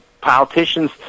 politicians